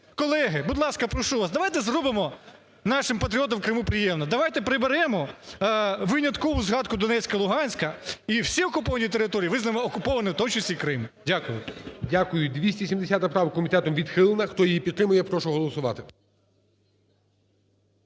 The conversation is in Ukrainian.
колеги, будь ласка, прошу вас давайте зробимо нашим патріотам в Криму приємно, давайте приберемо виняткову згадку Донецька й Луганська і всі окуповані території визнаємо окупованими, в тому числі Крим. Дякую. ГОЛОВУЮЧИЙ. Дякую. 270 правка комітетом відхилена. Хто її підтримує, прошу голосувати.